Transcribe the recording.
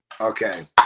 Okay